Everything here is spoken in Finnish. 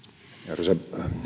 arvoisa